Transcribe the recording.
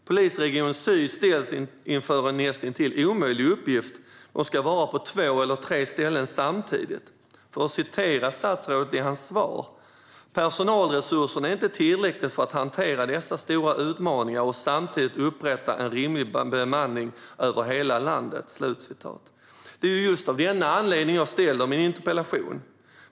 Polisregion syd ställs inför en näst intill omöjlig uppgift - de ska vara på två eller tre ställen samtidigt. För att citera statsrådet i hans svar: "Personalresursen är inte tillräcklig för att hantera dessa stora utmaningar och samtidigt upprätta en rimlig bemanning över hela landet." Det var ju just av denna anledning som jag ställde min interpellation!